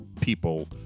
people